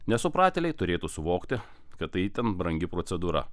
nesupratėliai turėtų suvokti kad tai itin brangi procedūra